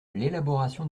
l’élaboration